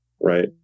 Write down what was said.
Right